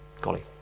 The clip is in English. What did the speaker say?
Golly